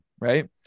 Right